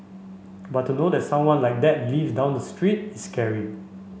but to know that someone like that lives down the street is scary